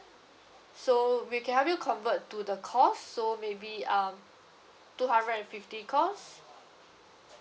so we can help you convert to the call so maybe um two hundred and fifty calls